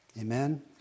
Amen